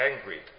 angry